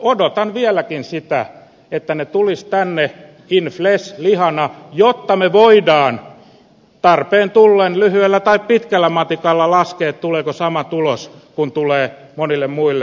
odotan vieläkin sitä että ne tulisivat tänne in flesh lihana jotta me voimme tarpeen tullen lyhyellä tai pitkällä matikalla laskea tuleeko sama tulos kuin tulee monille muille